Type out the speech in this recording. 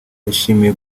yashimiye